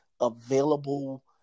available